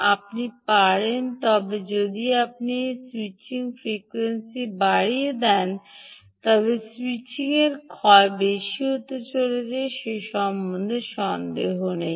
আপনি পারেন তবে আপনি যদি স্যুইচিং ফ্রিকোয়েন্সি বাড়িয়ে দেন তবে স্যুইচিংয়ের ক্ষয় বেশি হতে চলেছে সে বিষয়ে সন্দেহ নেই